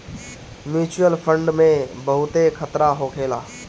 mutual fund में बहुते खतरा होखेला